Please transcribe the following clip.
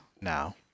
now